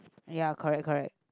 ya correct correct